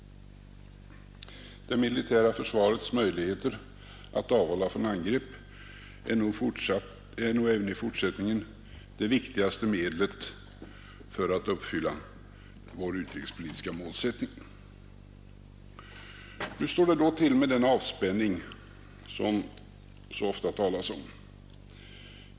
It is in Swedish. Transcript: Det militära försvarets möjligheter att avhålla från angrepp är nog även i fortsättningen det viktigaste medlet för att uppfylla vår utrikespolitiska målsättning. Hur står det då till med den avspänning som det så ofta talas om?